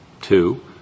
two